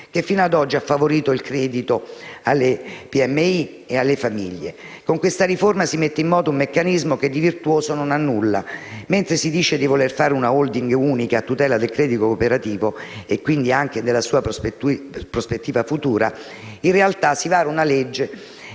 che fino ad oggi ha favorito il credito a PMI e famiglie. Con questa riforma si mette in moto un meccanismo che di virtuoso non ha nulla. Mentre si dice di voler fare una *holding* unica a tutela del credito cooperativo e, quindi, anche della sua prospettiva futura, in realtà si vara una legge